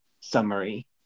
summary